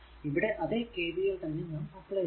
ഇവിടെ അതെ KVL തന്നെ നാം അപ്ലൈ ചെയ്യുന്നു